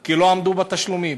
כי לא עמדו בתשלומים,